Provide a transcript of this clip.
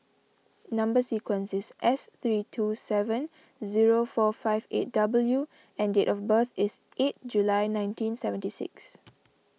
Number Sequence is S three two seven zero four five eight W and date of birth is eight July nineteen seventy six